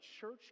church